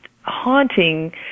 haunting